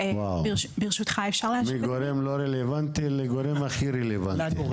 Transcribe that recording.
וואו, מגורם לא רלוונטי לגורם הכי רלוונטי.